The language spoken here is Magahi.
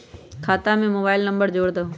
खाता में मोबाइल नंबर जोड़ दहु?